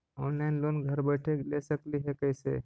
Online loan घर बैठे ले सकली हे, कैसे?